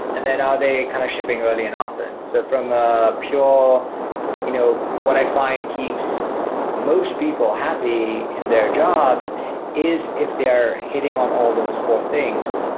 and then are they kind of shipping early and often? so from a pure you know what i find keeps most people happy in their jobs is if they're hitting on all those four things.